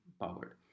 powered